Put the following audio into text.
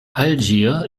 algier